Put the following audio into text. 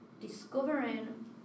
discovering